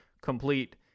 complete